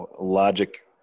logic